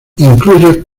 incluye